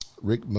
Rick